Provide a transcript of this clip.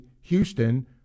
Houston